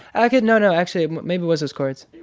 i could no, no actually maybe it was those chords